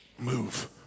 move